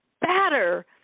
batter